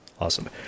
Awesome